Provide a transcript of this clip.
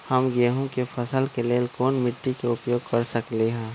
हम गेंहू के फसल के लेल कोन मिट्टी के उपयोग कर सकली ह?